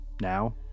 Now